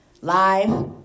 live